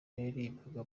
yaririmbaga